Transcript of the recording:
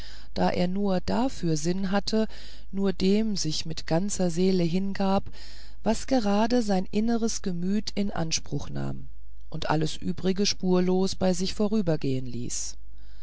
da er nur dafür sinn hatte nur dem sich mit ganzer seele hingab was gerade sein inneres gemüt in anspruch nahm und alles übrige spurlos bei sich vorübergehen ließ